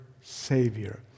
Savior